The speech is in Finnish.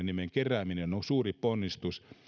nimen kerääminen on suuri ponnistus